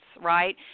right